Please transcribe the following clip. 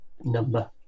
number